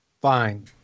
fine